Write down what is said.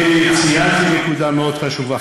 ציינתי נקודה מאוד חשובה,